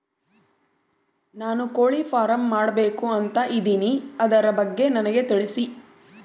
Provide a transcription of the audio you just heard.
ನಾನು ಕೋಳಿ ಫಾರಂ ಮಾಡಬೇಕು ಅಂತ ಇದಿನಿ ಅದರ ಬಗ್ಗೆ ನನಗೆ ತಿಳಿಸಿ?